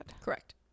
Correct